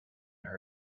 her